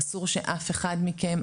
אסור שאף אחד מכם,